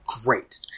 Great